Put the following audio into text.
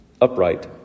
upright